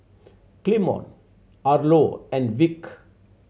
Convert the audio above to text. Clemon Arlo and Vic